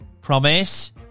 Promise